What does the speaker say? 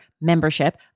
membership